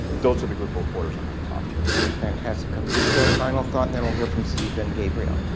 those are the group reporters i'm going to talk to. fantastic. ah lisa, final thought and then we'll hear from steve and gabriel.